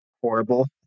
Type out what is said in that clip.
horrible